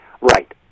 Right